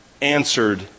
answered